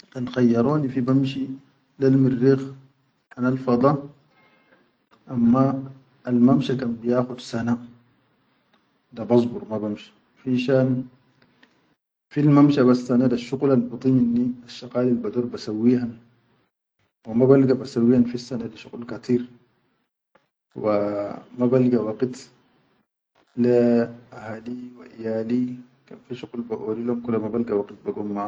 Kan khayyaroni fi bamshi lel murriq hanal fada amma al mamsha kan biyakhud sana, da basbur ma banshi finshan fil mamsha bas sana shuqulal bidu minni asshaqalil bador ba sawwi han wa ma balga ba sawwi fissana shuqul katir wa ma balga waqit le ahali wa iyali kan fi shuqul baʼori lehum kula ma balga waqit ba.